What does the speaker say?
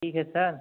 ठीक है सर